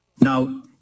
now